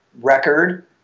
record